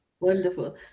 Wonderful